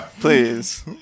Please